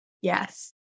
Yes